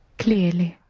clearly.